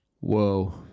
Whoa